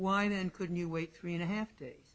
whine and couldn't you wait three and a half